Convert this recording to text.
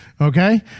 okay